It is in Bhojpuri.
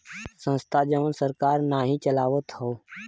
संस्था जवन सरकार नाही चलावत हौ